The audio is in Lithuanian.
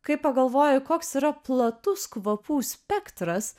kai pagalvoji koks yra platus kvapų spektras